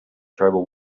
tribal